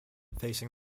facing